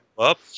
up